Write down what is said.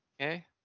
okay